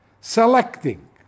selecting